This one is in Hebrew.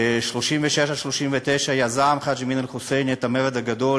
ב-1936 1939 יזם חאג' אמין אל-חוסייני את "המרד הגדול",